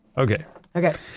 okay okay